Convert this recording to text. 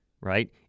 right